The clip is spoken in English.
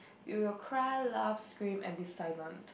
you will cry laugh scream and be silent